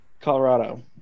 colorado